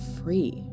free